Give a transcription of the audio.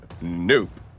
nope